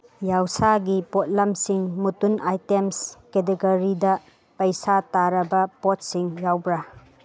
ꯌꯥꯎꯁꯥꯒꯤ ꯄꯣꯠꯂꯝꯁꯤꯡ ꯃꯨꯇꯨꯟ ꯑꯥꯏꯇꯦꯝꯁ ꯀꯦꯇꯒꯔꯤꯗ ꯄꯩꯁꯥ ꯇꯥꯔꯕ ꯄꯣꯠꯁꯤꯡ ꯌꯥꯎꯕ꯭ꯔꯥ